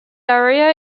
area